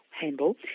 handball